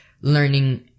learning